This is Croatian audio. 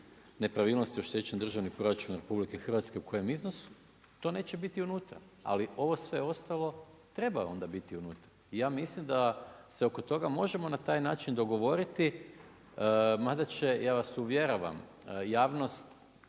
nepravilnosti oštećen Državni proračun RH u kojem iznosu to neće biti unutra. Ali ovo sve ostalo treba onda biti unutra. I ja mislim da se oko toga možemo na taj način dogovoriti, mada će ja vas uvjeravam javnost